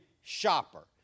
shopper